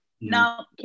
No